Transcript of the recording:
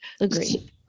Agreed